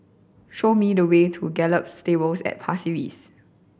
show me the way to Gallop Stables at Pasir Ris